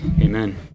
Amen